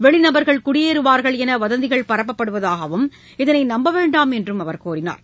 வெளிநபர்கள் குடியேறுவார்கள் என்று வதந்திகள் பரப்பப்படுவதாகவும் இதனை நம்ப வேண்டாம் என்றும் அவர் கூறினார்